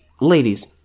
Ladies